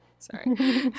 sorry